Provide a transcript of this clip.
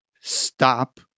stop